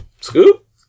Scoop